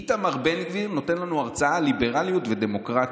איתמר בן גביר נותן לנו הרצאה על ליברליות ודמוקרטיה